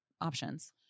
options